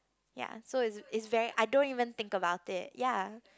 ya so its its very I don't even think about it ya